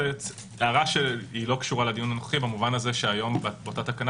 הערה שלא קשורה לדיון הנוכחי במובן הזה שהיום באותה תקנה